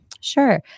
Sure